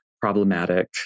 problematic